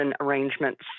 arrangements